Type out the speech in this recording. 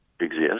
exist